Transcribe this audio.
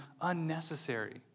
unnecessary